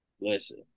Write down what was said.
listen